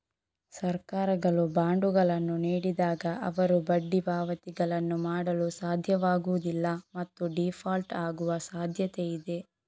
ಸರ್ಕಾರಗಳು ಬಾಂಡುಗಳನ್ನು ನೀಡಿದಾಗ, ಅವರು ಬಡ್ಡಿ ಪಾವತಿಗಳನ್ನು ಮಾಡಲು ಸಾಧ್ಯವಾಗುವುದಿಲ್ಲ ಮತ್ತು ಡೀಫಾಲ್ಟ್ ಆಗುವ ಸಾಧ್ಯತೆಯಿದೆ